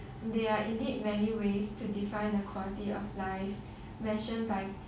there are indeed many ways to define the quality of life mentioned by